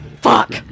Fuck